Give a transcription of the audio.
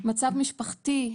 מצב משפחתי,